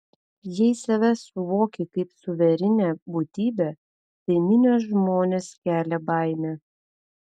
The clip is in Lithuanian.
jei save suvoki kaip suverenią būtybę tai minios žmonės kelia baimę